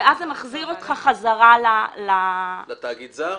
אז זה מחזיר אותך חזרה לתאגיד זר.